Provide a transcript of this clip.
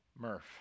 Murph